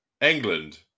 England